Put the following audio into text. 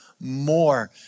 more